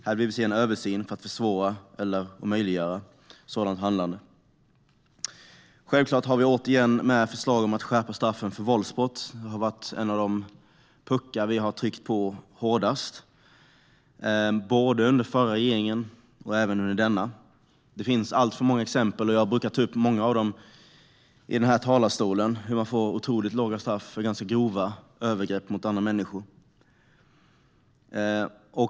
Här vill vi se en översyn för att försvåra eller omöjliggöra sådant handlande. Självklart har vi återigen med förslag om att skärpa straffen för våldsbrott. Det har varit en av de puckar vi hårdast har tryckt på, både under den förra regeringen och under denna regering. Det finns alltför många exempel, och jag brukar här i talarstolen nämna några exempel på att man får otroligt låga straff för ganska grova övergrepp mot andra människor.